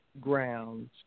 grounds